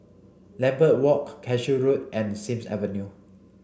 Lambeth Walk Cashew Road and Sims Avenue